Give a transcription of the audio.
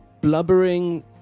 blubbering